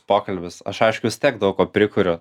pokalbis aš aišku vis tiek daug ko prikuriu